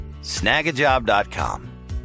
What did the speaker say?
Snagajob.com